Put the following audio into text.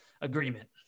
agreement